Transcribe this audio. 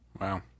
wow